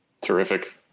Terrific